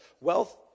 wealth